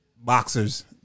boxers